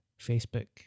facebook